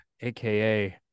aka